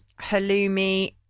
halloumi